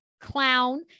clown